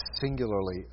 singularly